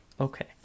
Okay